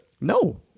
No